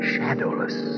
Shadowless